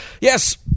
Yes